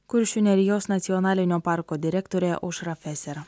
kuršių nerijos nacionalinio parko direktorė aušra feser